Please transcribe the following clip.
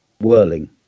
whirling